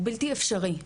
הוא בלתי אפשרי,